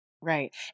Right